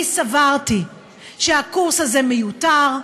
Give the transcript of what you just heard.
אני סברתי שהקורס הזה מיותר.